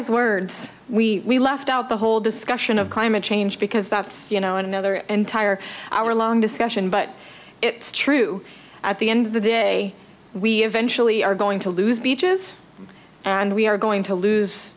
wise words we left out the whole discussion of climate change because that's you know another entire hour long discussion but it's true at the end of the day we eventually are going to lose beaches and we are going to lose